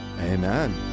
Amen